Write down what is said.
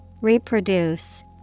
Reproduce